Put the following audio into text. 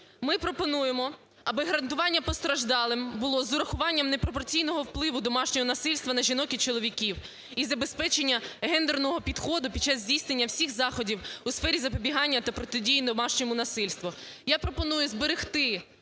Ми пропонуємо аби гарантування постраждалим було з урахування непропорційного впливу домашнього насильства на жінок і чоловіків і забезпечення гендерного підходу під час здійснення всіх заходів у сфері запобігання та протидії домашньому насильству. Я пропоную зберегти